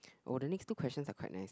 oh the next two questions are quite nice